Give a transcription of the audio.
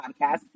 Podcast